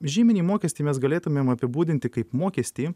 žyminį mokestį mes galėtumėm apibūdinti kaip mokestį